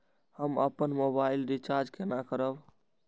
हम अपन mobile recharge केना करब?